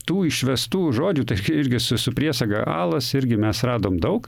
tų išvestų žodžių irgi su su priesaga alas irgi mes radom daug